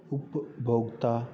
ਉਪਭੋਗਤਾ